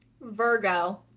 Virgo